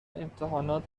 امتحانات